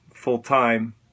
full-time